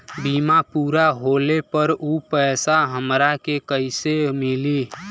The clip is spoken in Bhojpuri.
बीमा पूरा होले पर उ पैसा हमरा के कईसे मिली?